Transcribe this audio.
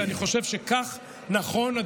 ואני חושב שכך נכון לעשות,